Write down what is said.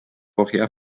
vorher